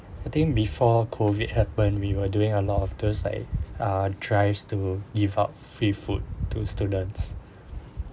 I think before COVID happened we were doing a lot of those like uh drives to give out free food to students